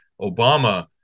Obama